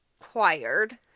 acquired